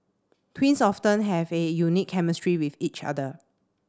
twins often have a unique chemistry with each other